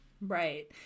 right